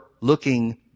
looking